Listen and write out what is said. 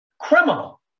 criminal